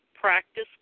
Practice